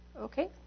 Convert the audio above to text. Okay